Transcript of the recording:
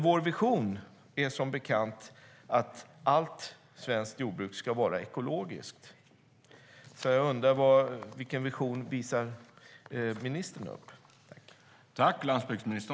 Vår vision är som bekant att allt svenskt jordbruk ska vara ekologiskt. Jag undrar vilken vision ministern har?